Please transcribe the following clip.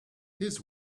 his